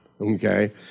Okay